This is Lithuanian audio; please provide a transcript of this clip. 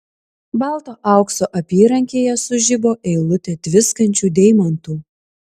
balto aukso apyrankėje sužibo eilutė tviskančių deimantų